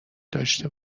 داشته